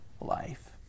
life